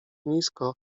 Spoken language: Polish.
nisko